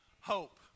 hope